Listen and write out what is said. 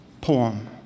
poem